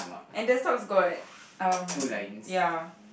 and the socks got um ya